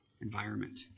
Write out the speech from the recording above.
environment